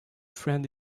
friend